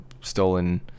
stolen